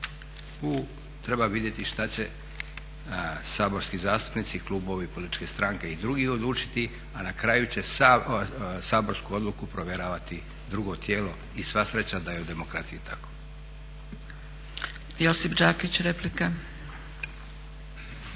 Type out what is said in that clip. Tu treba vidjeti šta će saborski zastupnici i klubovi, političke stranke i drugi odlučiti a na kraju će saborsku odluku provjeravati drugo tijelo i sva sreća da je u demokraciji tako.